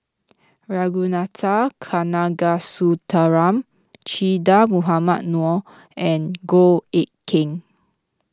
Ragunathar Kanagasuntheram Che Dah Mohamed Noor and Goh Eck Kheng